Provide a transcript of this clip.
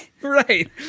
Right